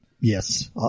yes